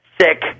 sick